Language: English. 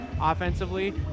offensively